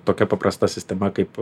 tokia paprasta sistema kaip